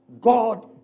God